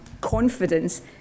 confidence